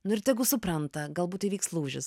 nu ir tegu supranta galbūt įvyks lūžis